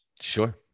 Sure